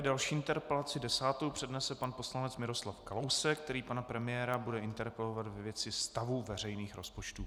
Další interpelaci, desátou, přednese pan poslanec Miroslav Kalousek, který pana premiéra bude interpelovat ve věci stavu veřejných rozpočtů.